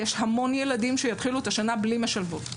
יש המון ילדים שיתחילו את השנה בלי משלבות.